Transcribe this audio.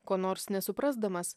ko nors nesuprasdamas